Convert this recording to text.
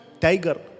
tiger